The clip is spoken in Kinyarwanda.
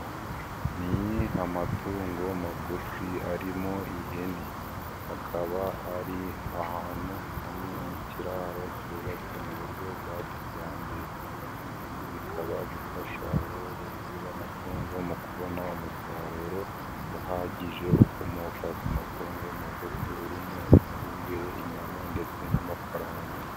Ni amatungo magufi arimo ihene hakaba ari ahantu hamwe mu kiraro cyubatswe mu buryo bwa kijyambere, ibi bikaba bifasha aborozi b'amatungo mu kubona umusaruro uhagije ukomoka ku matungo magufi urimo ifumbire, inyama ndetse n'amafaranga.